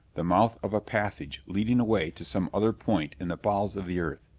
the mouth of a passage leading away to some other point in the bowels of the earth.